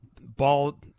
Ball